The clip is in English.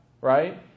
right